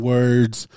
Words